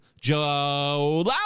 Joe